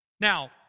Now